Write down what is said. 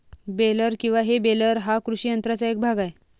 baler किंवा हे baler हा कृषी यंत्राचा एक भाग आहे